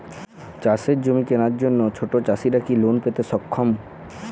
চাষের জমি কেনার জন্য ছোট চাষীরা কি লোন পেতে সক্ষম?